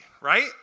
right